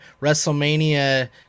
WrestleMania